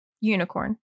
unicorn